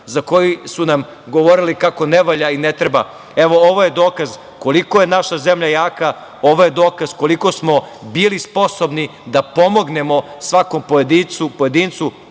za koji su nam govorili kako ne valja i ne treba. Evo, ovo je dokaz koliko je naša zemlja jaka, ovo je dokaz koliko smo bili sposobni da pomognemo svakom pojedincu.